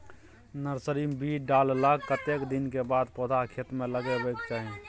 Nursery मे बीज डाललाक कतेक दिन के बाद पौधा खेत मे लगाबैक चाही?